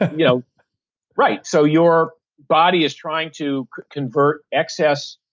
you know right, so your body is trying to convert excess.